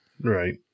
right